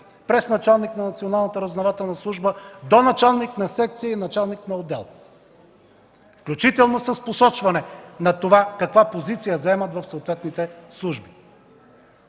през началника на Националната разузнавателна служба до началник на секция и началник на отдел, включително с посочване каква позиция заемат в съответните служби.